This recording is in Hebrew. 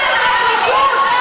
של הפרקליטות,